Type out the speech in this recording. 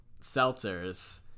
seltzers